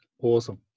awesome